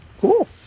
Cool